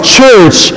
church